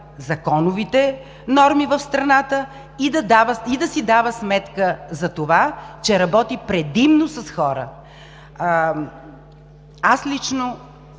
законовите норми в страната и да си дава сметка за това, че работи предимно с хора. Аз лично